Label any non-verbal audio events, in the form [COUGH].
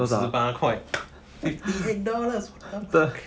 五十八块 [NOISE] fifty eight dollars fuck